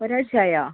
ഒരാഴ്ച ആയോ